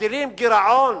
מגדילים גירעון